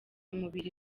umubiri